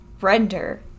render